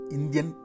Indian